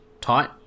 tight